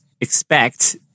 expect